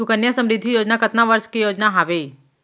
सुकन्या समृद्धि योजना कतना वर्ष के योजना हावे?